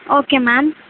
okay ma'am